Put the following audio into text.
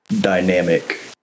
dynamic